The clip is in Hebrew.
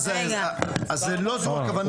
לא זו הכוונה.